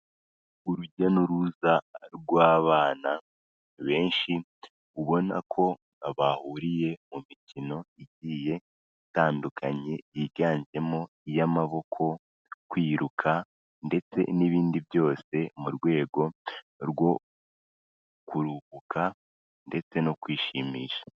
Urujya n'uruza rw'abana benshi ubona ko bahuriye mu mikino igiye itandukanye yiganjemo iy'amaboko, kwiruka ndetse n'ibindi byose mu rwego rwo kuruhuka ndetse no kwishimisha.